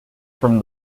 from